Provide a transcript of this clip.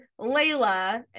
Layla